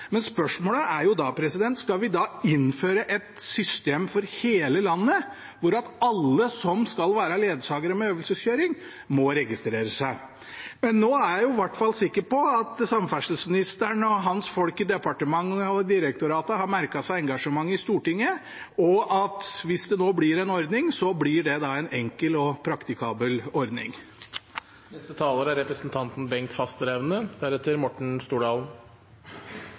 men spørsmålet er da om vi skal innføre et system for hele landet der alle som skal være ledsagere ved øvelseskjøring, må registrere seg. Nå er jeg i hvert fall sikker på at samferdselsministeren og hans folk i departementet og i direktoratet har merket seg engasjementet i Stortinget, og at hvis det blir en ordning, blir det en enkel og praktikabel